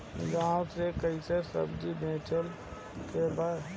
गांव से कैसे सब्जी बेचे के बा?